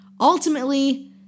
Ultimately